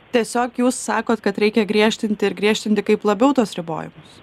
tiesiog jūs sakot kad reikia griežtinti ir griežtinti kaip labiau tuos ribojimus